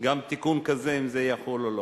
גם תיקון כזה, אם זה יחול או לא.